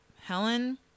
Helen